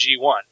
G1